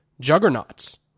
juggernauts